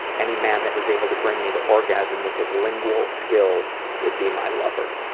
any man that was able to bring me to orgasm with his lingual skills would be my lover.